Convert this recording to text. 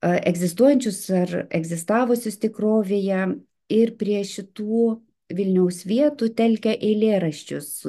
egzistuojančius ar egzistavusius tikrovėje ir prie šitų vilniaus vietų telkia eilėraščius